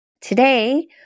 Today